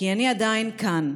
כי אני עדיין כאן,